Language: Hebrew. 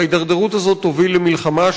וההידרדרות הזאת תוביל למלחמה,